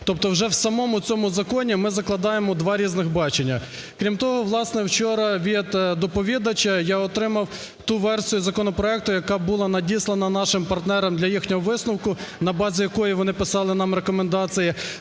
тобто вже в самому цьому законі ми закладаємо два різних бачення. Крім того, власне, вчора від доповідача я отримав ту версію законопроекту, яка була надіслана нашим партнерам для їхнього висновку, на базі якої вони писали нам рекомендації,